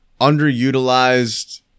underutilized